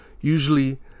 usually